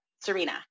Serena